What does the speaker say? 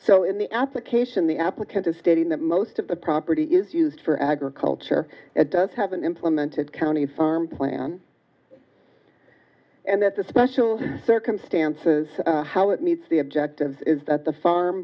so in the application the applicant is stating that most of the property is used for agriculture it does have an implemented county farm plan and that the special circumstances how it meets the objectives is that the farm